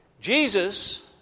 Jesus